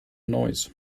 noise